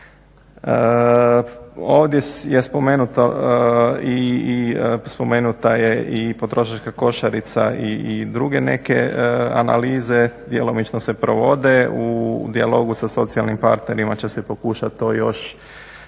Ovdje je spomenuta i potrošačka košarica i druge neke analize djelomično se provode. U dijalogu sa socijalnim partnerima će se pokušati to još